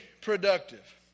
productive